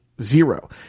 Zero